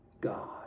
God